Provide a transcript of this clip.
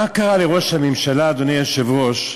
מה קרה לראש הממשלה, אדוני היושב-ראש,